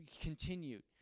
continued